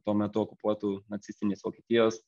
tuo metu okupuotų nacistinės vokietijos